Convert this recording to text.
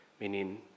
meaning